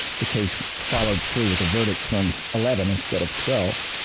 the case followed through with a verdict from eleven instead of twelve.